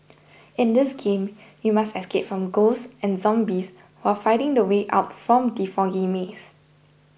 in this game you must escape from ghosts and zombies while finding the way out from the foggy maze